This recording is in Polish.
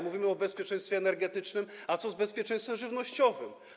Mówimy o bezpieczeństwie energetycznym, a co z bezpieczeństwem żywnościowym?